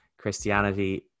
Christianity